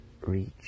reach